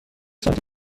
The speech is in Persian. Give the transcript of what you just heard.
سانتی